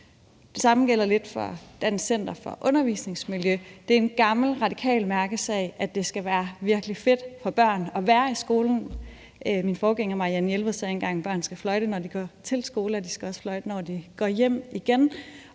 Det samme gælder lidt for Dansk Center for Undervisningsmiljø. Det er en gammel radikal mærkesag, at det skal være virkelig fedt for børn at være i skolen. Min forgænger Marianne Jelved sagde engang, at børn skal fløjte, når de går til skole, og de skal også fløjte, når de går hjem igen.